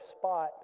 spot